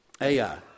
Ai